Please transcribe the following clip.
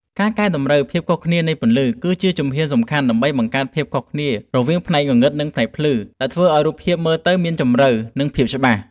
ការកែតម្រូវ ភាពខុសគ្នានៃពន្លឺ គឺជាជំហ៊ានសំខាន់ដើម្បីបង្កើនភាពខុសគ្នារវាងផ្នែកងងឹត និងផ្នែកភ្លឺ ដែលធ្វើឱ្យរូបភាពមើលទៅមានជម្រៅ និងភាពច្បាស់។